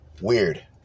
Weird